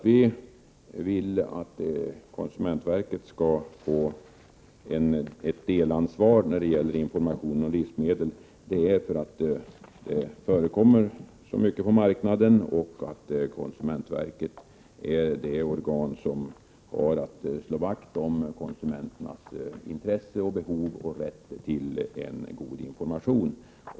Vi vill att konsumentverket skall få ett delansvar när det gäller informationen om livsmedel, och det beror på att de förekommer mycket på marknaden och att konsumentverket är det organ som har att slå vakt om konsumenternas intresse och behov och rätt till en god information.